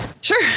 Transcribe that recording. Sure